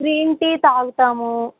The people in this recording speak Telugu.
గ్రీన్ టీ తాగుతాము